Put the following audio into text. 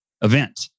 event